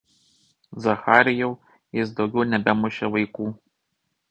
zacharijau jis daugiau nebemušė vaikų